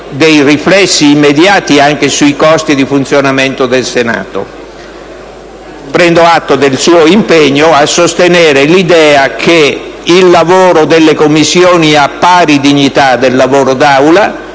sono riflessi immediati anche sui costi di funzionamento del Senato. Prendo atto altresì del suo impegno a sostenere l'idea che il lavoro delle Commissioni ha pari dignità di quello